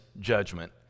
judgment